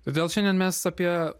todėl šiandien mes apie